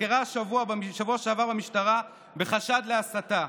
נחקרה בשבוע שעבר במשטרה בחשד להסתה.